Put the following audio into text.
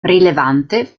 rilevante